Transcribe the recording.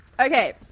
Okay